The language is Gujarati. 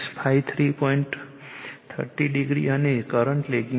13o અને કરંટ લેગિંગ છે